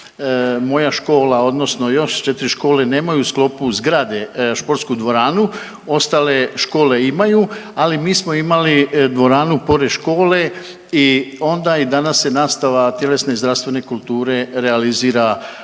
moja škola, odnosno još 4 škole nemaju u sklopu zgrade športsku dvoranu. Ostale škole imaju, ali mi smo imali dvoranu pored škole i onda i danas se nastava tjelesne i zdravstvene kulture realizira u